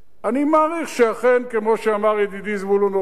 אני מעריך שאכן, כמו שאמר ידידי זבולון אורלב,